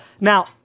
Now